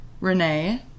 Renee